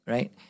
Right